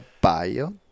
bio